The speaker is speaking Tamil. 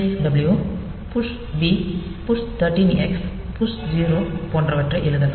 W push b push 13 X push 0 போன்றவற்றை எழுதலாம்